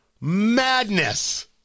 madness